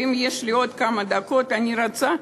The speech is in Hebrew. ואם יש לי עוד כמה דקות, אני רוצה,